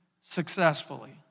successfully